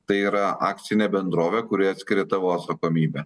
tai yra akcinė bendrovė kuri atskiria tavo atsakomybę